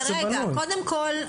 קודם כל,